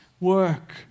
work